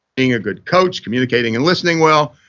being a good coach, communicating and listening well,